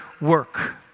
work